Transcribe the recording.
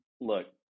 look